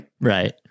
Right